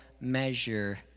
measure